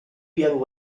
young